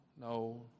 No